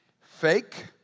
fake